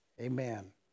amen